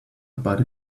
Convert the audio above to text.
but